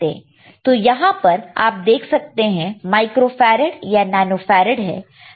तो यहां पर आप देख सकते हैं माइक्रो फैरड या नैनो फैरड है